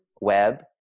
web